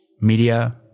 media